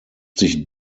sich